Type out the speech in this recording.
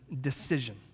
decision